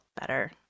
better